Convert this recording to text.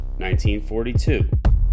1942